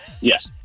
Yes